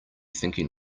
thinking